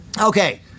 Okay